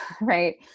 right